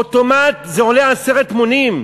אוטומט זה עולה עשרת מונים.